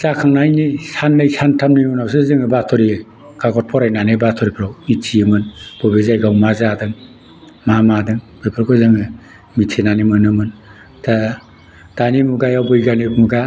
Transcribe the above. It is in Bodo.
जाखांनायनि साननै सानथामनि उनावसो जोङो बातरि काकत फरायनानै बातरिफ्राव मिथियोमोन बबे जायगायाव मा जादों मा मादों बेफोरखौ जोङो मिथिनानै मोनोमोन दा दानि मुगायाव बैग्यानिक मुगा